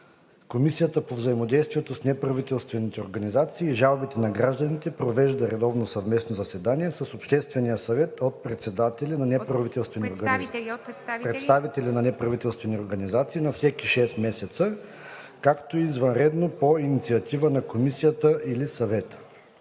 Комисията по взаимодействието с неправителствените организации и жалбите на гражданите провежда редовно съвместно заседание с Обществения съвет от представители на неправителствени организации на всеки шест месеца, както и извънредно по инициатива на комисията или съвета.“